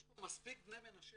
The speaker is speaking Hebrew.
יש פה מספיק בני מנשה